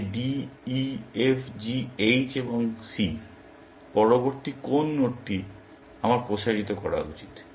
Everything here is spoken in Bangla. তাই D E F G H এবং C পরবর্তী কোন নোডটি আমার প্রসারিত করা উচিত